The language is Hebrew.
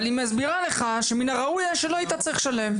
אבל היא מסבירה לך שמן הראוי היה שלא היית צריך לשלם.